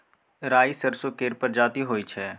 राई सरसो केर परजाती होई छै